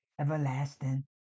everlasting